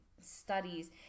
studies